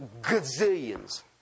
gazillions